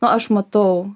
nu aš matau